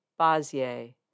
Bazier